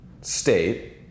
State